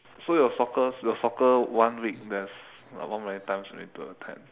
so your soccer your soccer one week there's like how many times you need to attend